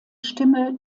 stimme